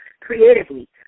creatively